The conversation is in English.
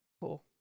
Cool